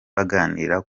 baganira